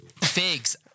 Figs